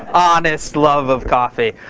honest love of coffee.